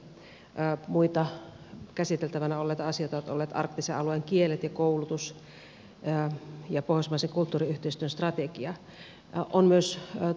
muita käsiteltävänä olleita asioita ovat olleet arktisen alueen kielet ja koulutus ja pohjoismaisen kulttuuriyhteistyön strategia